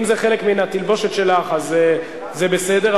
אם זה חלק מן התלבושת שלך אז זה בסדר,